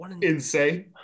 insane